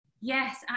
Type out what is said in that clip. Yes